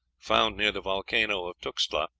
found near the volcano of tuxtla,